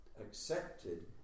accepted